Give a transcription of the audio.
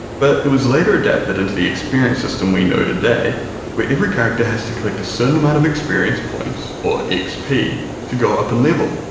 but it was later adapted into the experience system we know today where every character has to collect a certain amount of experience points or xp to go up a level,